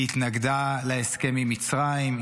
היא התנגדה להסכם עם מצרים,